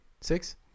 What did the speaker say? Six